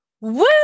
woo